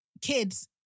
Kids